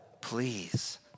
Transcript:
please